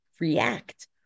react